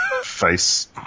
face